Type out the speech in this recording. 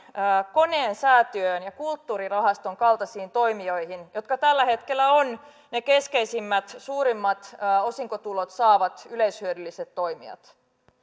koneen säätiön ja kulttuurirahaston kaltaisiin toimijoihin jotka tällä hetkellä ovat ne keskeisimmät suurimmat osinkotulot saavat yleishyödylliset toimijat